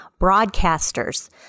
broadcasters